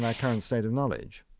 yeah current state of knowledge